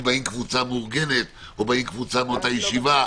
אם באים קבוצה מאורגנת או באים קבוצה מהישיבה,